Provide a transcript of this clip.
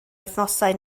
wythnosau